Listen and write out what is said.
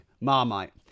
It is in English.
Marmite